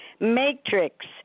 Matrix